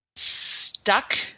stuck